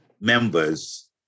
members